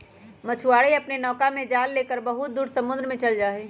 मछुआरे अपन नौका में जाल लेकर बहुत दूर समुद्र में चल जाहई